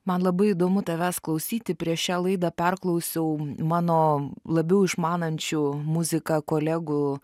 man labai įdomu tavęs klausyti prieš šią laidą perklausiau mano labiau išmanančių muziką kolegų